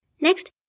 Next